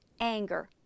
anger